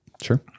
Sure